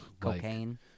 Cocaine